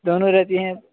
دونوں ہی رہتی ہیں